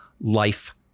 life